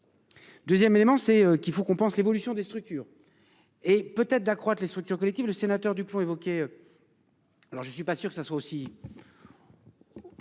2ème élément c'est qu'il faut qu'on pense, l'évolution des structures et peut-être d'accroître les structures collectives. Le sénateur du plomb évoqué. Alors je ne suis pas sûr que ça soit aussi.